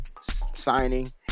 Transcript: signing